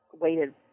waited